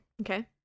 Okay